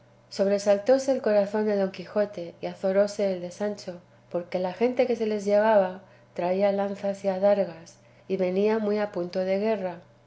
sobresaltóse el corazón de don quijote y azoróse el de sancho porque la gente que se les llegaba traía lanzas y adargas y venía muy a punto de guerra